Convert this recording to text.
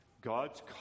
God's